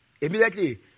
Immediately